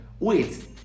Wait